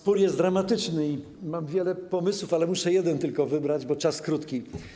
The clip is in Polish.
Spór jest dramatyczny i mam wiele pomysłów, ale muszę jeden tylko wybrać, bo czas krótki.